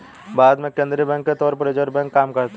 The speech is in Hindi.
भारत में केंद्रीय बैंक के तौर पर रिज़र्व बैंक काम करता है